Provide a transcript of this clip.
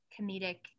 comedic